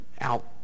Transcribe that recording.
out